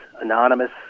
anonymous